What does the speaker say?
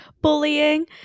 bullying